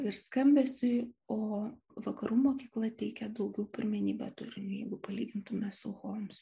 ir skambesiui o vakarų mokykla teikia daugiau pirmenybę turiniui jeigu palygintumėme su homs